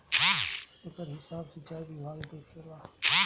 एकर हिसाब सिंचाई विभाग देखेला